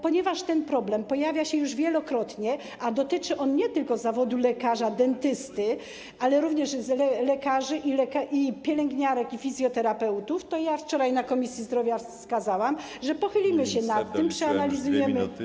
Ponieważ ten problem pojawiał się już wielokrotnie, a dotyczy on nie tylko zawodu lekarza dentysty, ale również lekarzy, pielęgniarek i fizjoterapeutów, to ja wczoraj na posiedzeniu Komisji Zdrowia wskazałam, że pochylimy się nad tym, przeanalizujemy sytuację.